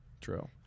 True